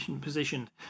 positioned